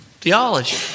theology